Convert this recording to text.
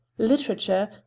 literature